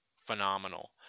phenomenal